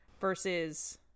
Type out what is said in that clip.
versus